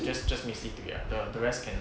just just misty period ah no the rest can